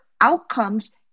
outcomes